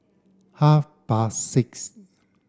half past six